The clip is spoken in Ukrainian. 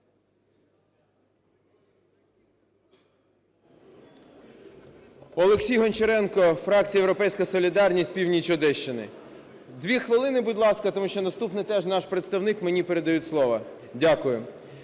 Олексій Гончаренко, фракція "Європейська солідарність", північ Одещини. Дві хвилини, будь ласка. Там ще наступний теж наш представник, мені передають слово. Дякую.